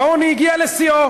העוני הגיע לשיאו.